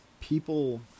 people